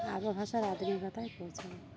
বাংলা ভাষার আধুনিকতায় পৌঁছে